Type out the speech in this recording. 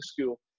school